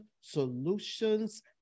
Solutions